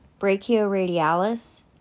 brachioradialis